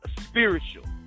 Spiritual